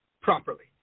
Properly